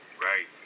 right